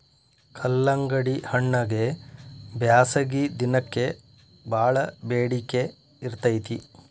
ಕಲ್ಲಂಗಡಿಹಣ್ಣಗೆ ಬ್ಯಾಸಗಿ ದಿನಕ್ಕೆ ಬಾಳ ಬೆಡಿಕೆ ಇರ್ತೈತಿ